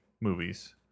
movies